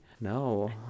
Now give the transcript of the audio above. no